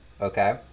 Okay